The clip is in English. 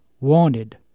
wanted